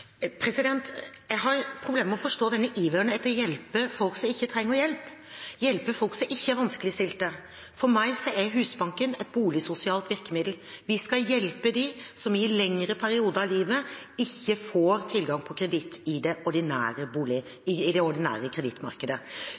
Jeg har problemer med å forstå denne iveren etter å hjelpe folk som ikke trenger hjelp, hjelpe folk som ikke er vanskeligstilte. For meg er Husbanken et boligsosialt virkemiddel. Vi skal hjelpe dem som i lengre perioder av livet ikke får tilgang på kreditt i det ordinære kredittmarkedet. Folk som er i